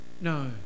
no